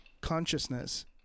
consciousness